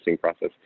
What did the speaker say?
process